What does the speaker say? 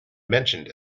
mentioned